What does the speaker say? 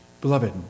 Beloved